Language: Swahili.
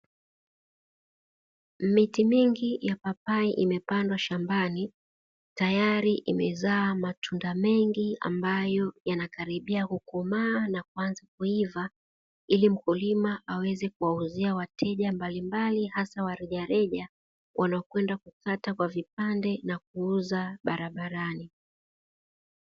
Miti mingi ya papai imepandwa shambani tayari imezaa matunda mengi ambayo yanakaribia kukomaa na kuanza kuiva, ili mkulima aweze kuwauzia wateja mbalimbali hasa wa rejareja wanaopenda kukata kwa vipande na kuuza barabarani.